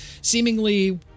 Seemingly